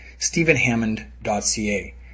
stephenhammond.ca